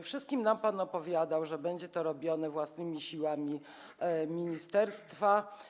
Wszystkim nam pan opowiadał, że będzie to robione własnymi siłami ministerstwa.